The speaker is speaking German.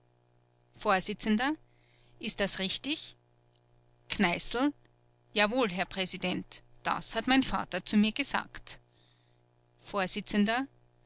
vors ist das richtig kneißl jawohl herr präsident das hat mein vater zu mir gesagt